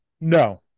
No